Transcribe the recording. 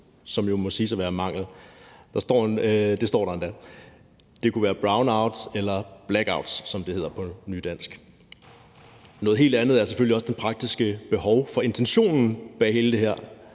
der jo må siges at være mangel på. Det står der endda. Det kunne være brownouts eller blackouts, som det hedder på nydansk. Noget helt andet er selvfølgelig også, at det praktiske behov for og intentionen bag hele det her